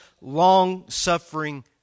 long-suffering